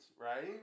right